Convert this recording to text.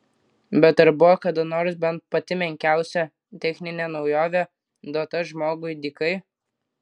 bet ar buvo kada nors bent pati menkiausia techninė naujovė duota žmogui dykai